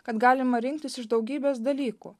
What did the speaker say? kad galima rinktis iš daugybės dalykų